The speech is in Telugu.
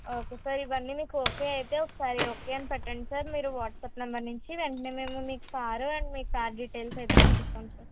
ఓకే సార్ ఇవన్నీ మీకు ఓకే అయితే ఒకసారి ఓకే అని పెట్టండి సార్ మీరు వాట్సాప్ నెంబర్ నుంచి వెంటనే మేము మీకు కారు అండ్ మీ కార్ డీటెయిల్స్ అయితే పంపిస్తాం సార్